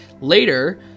Later